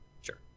Sure